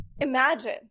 imagine